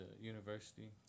university